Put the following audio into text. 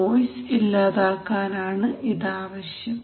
noise ഇല്ലാതാക്കാനാണ് ഇത് ആവശ്യം